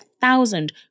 thousand